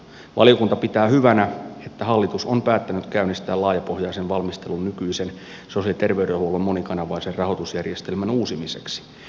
valiokunta pitää hyvänä että hallitus on päättänyt käynnistää laajapohjaisen valmistelun nykyisen sosiaali ja terveydenhuollon monikanavaisen rahoitusjärjestelmän uusimiseksi